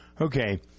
Okay